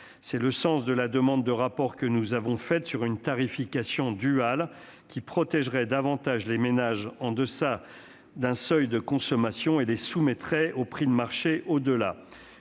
C'est le sens de la demande de rapport que nous avons faite sur une tarification duale, qui protégerait davantage les ménages en deçà d'un seuil de consommation et les soumettrait au prix de marché au-delà.